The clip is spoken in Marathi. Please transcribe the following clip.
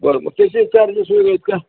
बरं बर त्याचे चार्जेस वेगळे आहेत का